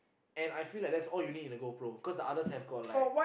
and I feel like that all you need in the GoPro cause the others have got like